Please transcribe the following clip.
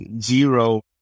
zero